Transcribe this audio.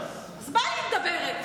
אז מה אם היא מדברת?